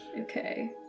Okay